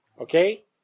Okay